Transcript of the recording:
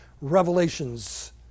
Revelations